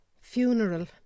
Funeral